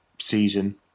Season